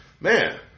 man